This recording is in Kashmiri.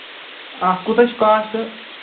اَتھ کوٗتاہ چھُ کاسٹہٕ